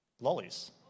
Lollies